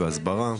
מלווים, עם הסברה.